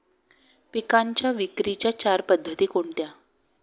पिकांच्या विक्रीच्या चार पद्धती कोणत्या?